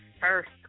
first